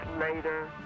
later